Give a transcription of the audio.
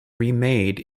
remade